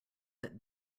that